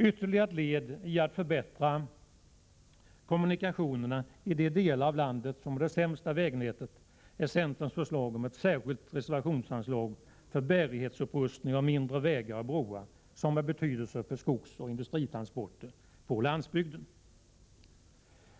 Ytterligare ett led i att förbättra kommunikationerna i de delar av landet som har det sämsta vägnätet är centerns förslag om ett särskilt reservationsanslag för bärighetsupprustning av mindre vägar och broar som har betydelse för skogsoch industritransporter på landsbygden.